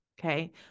okay